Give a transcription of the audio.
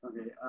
Okay